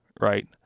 right